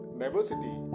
diversity